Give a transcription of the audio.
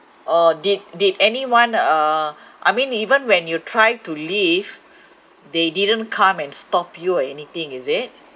orh did did anyone uh I mean even when you try to leave they didn't come and stop you or anything is it